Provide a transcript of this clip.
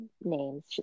names